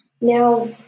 Now